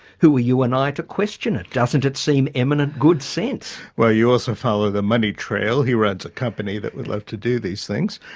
who are you and i to question it? doesn't it seem eminent good sense? well, you also follow the money trail, he runs a company that would love to do these things.